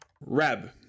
Reb